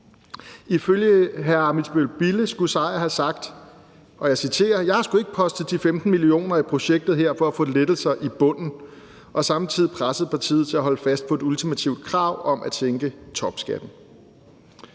Emil Ammitzbøll-Bille skulle Lars Seier Christensen have sagt, og jeg citerer, at »jeg har sgu ikke postet 10-15 mio. kr. i projektet her for at få lettelser i bunden«, og samtidig presset partiet til at holde fast på et ultimativt krav om at sænke topskatten.